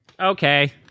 Okay